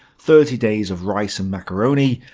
thirty days of rice and macaroni,